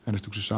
omistuksessa